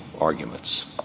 arguments